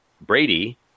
brady